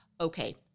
Okay